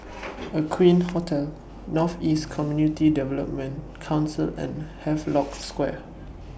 Aqueen Hotel North East Community Development Council and Havelock Square